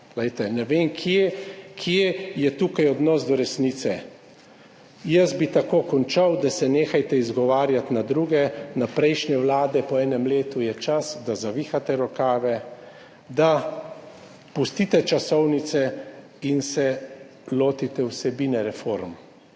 ne vem, kje je tukaj odnos do resnice. Jaz bi končal tako: da se nehajte izgovarjati na druge, na prejšnje vlade. Po enem letu je čas, da zavihate rokave, da pustite časovnice in se lotite vsebine reform.